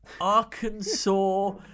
Arkansas